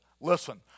Listen